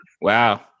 Wow